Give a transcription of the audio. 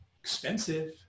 Expensive